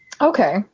Okay